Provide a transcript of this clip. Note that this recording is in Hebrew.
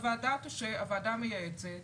שהוועדה המייעצת,